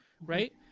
right